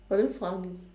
but damn funny